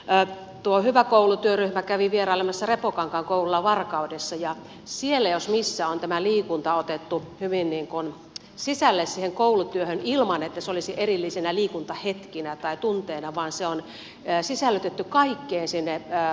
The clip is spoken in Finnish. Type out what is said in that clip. hyvä koulu työryhmä kävi vierailemassa repokankaan koululla varkaudessa ja siellä jos missä on tämä liikunta otettu hyvin sisälle siihen koulutyöhön ilman että se olisi erillisinä liikuntahetkinä tai tunteina se on sisällytetty kaikkeen opetukseen